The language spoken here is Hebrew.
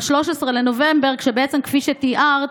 כשבעצם, כפי שתיארת,